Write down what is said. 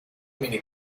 mini